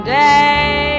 day